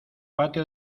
patio